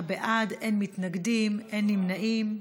תשעה בעד, אין מתנגדים, אין נמנעים.